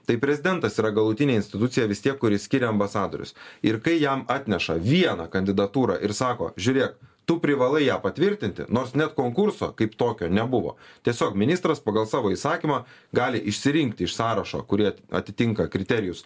tai prezidentas yra galutinė institucija vis tiek kuri skiria ambasadorius ir kai jam atneša vieną kandidatūrą ir sako žiūrėk tu privalai ją patvirtinti nors net konkurso kaip tokio nebuvo tiesiog ministras pagal savo įsakymą gali išsirinkti iš sąrašo kurie atitinka kriterijus